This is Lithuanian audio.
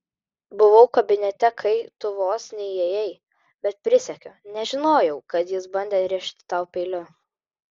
buvau kabinete kai tu vos neįėjai bet prisiekiu nežinojau kad jis bandė rėžti tau peiliu